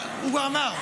הוא כבר אמר.